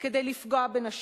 כדי לפגוע בנשים.